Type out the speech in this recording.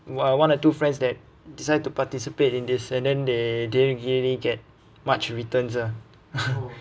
ah one or two friends that decide to participate in this and then they didn't really get much returns ah